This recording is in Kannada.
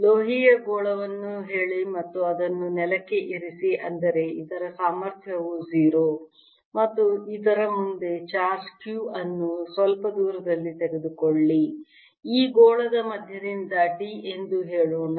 ಲೋಹೀಯ ಗೋಳವನ್ನು ಹೇಳಿ ಮತ್ತು ಅದನ್ನು ನೆಲಕ್ಕೆ ಇರಿಸಿ ಅಂದರೆ ಇದರ ಸಾಮರ್ಥ್ಯವು 0 ಮತ್ತು ಇದರ ಮುಂದೆ ಚಾರ್ಜ್ q ಅನ್ನು ಸ್ವಲ್ಪ ದೂರದಲ್ಲಿ ತೆಗೆದುಕೊಳ್ಳಿ ಈ ಗೋಳದ ಮಧ್ಯದಿಂದ d ಎಂದು ಹೇಳೋಣ